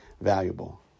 valuable